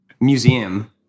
Museum